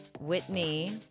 Whitney